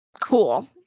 cool